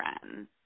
friends